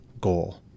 goal